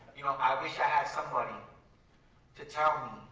you know, i wish i had somebody to tell me,